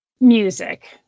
music